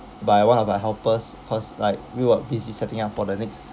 by one of the helpers cause like we were busy setting up for the next